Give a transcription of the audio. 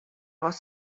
was